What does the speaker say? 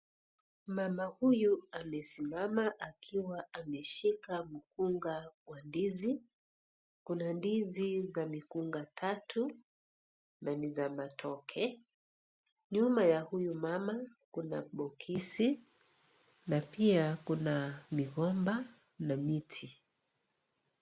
Mama huyu amesimama akiwa ameshika mkunga wa ndizi, kuna ndizi za mikunga tatu na ni za matoke, nyuma ya huyu mama kuna (cs )bokisi(cs) na pia kuna migomba na miti.